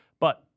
But-